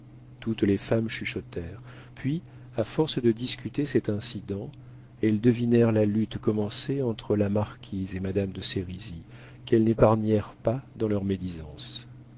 toutes les femmes chuchotèrent puis à force de discuter cet incident elles devinèrent la lutte commencée entre la marquise et madame de sérizy qu'elles n'épargnèrent pas dans leurs médisances